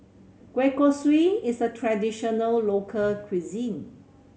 kueh kosui is a traditional local cuisine